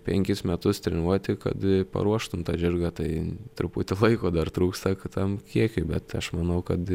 penkis metus treniruoti kad paruoštum tą žirgą tai truputį laiko dar trūksta kad tam kiekiui bet aš manau kad